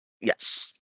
Yes